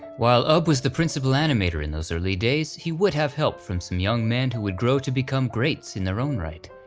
while ub was the principal animator in those early days, he would have help from some young men who would grow to become greats in their own right.